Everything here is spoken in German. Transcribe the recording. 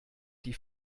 die